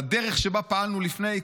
לדרך שבה פעלנו לפני.